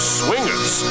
swingers